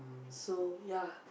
so ya